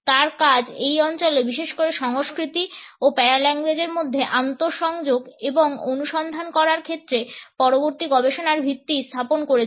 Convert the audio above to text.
তার কাজ এই অঞ্চলে বিশেষ করে সংস্কৃতি ও প্যারাল্যাঙ্গুয়েজের মধ্যে আন্তঃসংযোগ এবং অনুসন্ধান করার ক্ষেত্রে পরবর্তী গবেষণার ভিত্তি স্থাপন করেছে